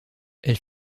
elle